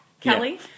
Kelly